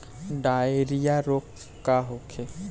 Diarrhoea रोग का होखे?